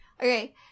okay